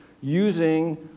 using